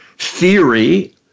Theory